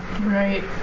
Right